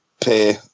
pay